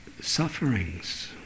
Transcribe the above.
sufferings